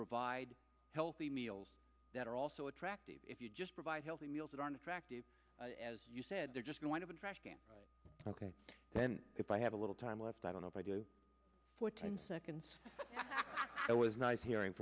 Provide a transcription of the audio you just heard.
provide healthy meals that are also attractive if you just provide healthy meals that aren't attractive as you said they're just going to the trash can ok then if i have a little time left i don't know if i do for ten seconds it was nice hearing